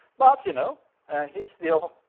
but you know he still